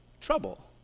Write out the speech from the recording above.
Trouble